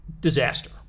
disaster